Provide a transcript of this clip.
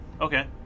Okay